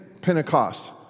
pentecost